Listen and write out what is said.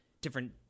different